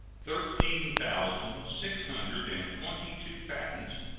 thirteen thousand six hundred and twenty-two patents,